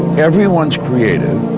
everyone's creative,